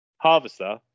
Harvester